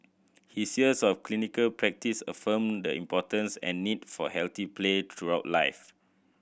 his years of clinical practice affirmed the importance and need for healthy play throughout life